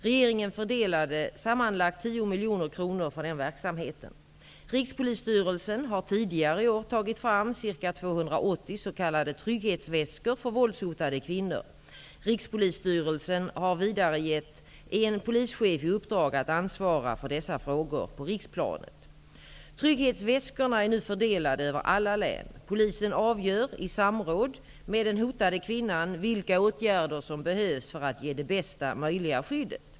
Regeringen fördelade sammanlagt 10 miljoner kronor för den verksamheten. Rikspolisstyrelsen har tidigare i år tagit fram ca 280 s.k. trygghetsväskor för våldshotade kvinnor. Rikspolisstyrelsen har vidare gett en polischef i uppdrag att ansvara för dessa frågor på riksplanet. Trygghetsväskorna är nu fördelade över alla län. Polisen avgör, i samråd med den hotade kvinnan, vilka åtgärder som behövs för att ge det bästa möjliga skyddet.